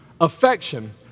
affection